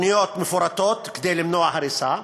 תוכניות מפורטות כדי למנוע הריסה